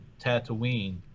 Tatooine